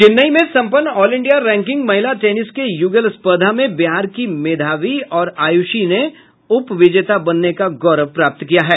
चेन्नई में संपन्न all India ranking महिला टेनिस के युगल स्पर्धा में बिहार की मेधावी और आयुषी ने उप विजेता बनने का गौरव प्राप्त किया है